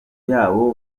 yabo